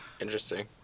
Interesting